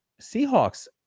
Seahawks